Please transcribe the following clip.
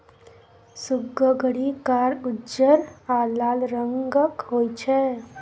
सुग्गरि कार, उज्जर आ लाल रंगक होइ छै